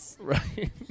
Right